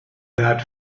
that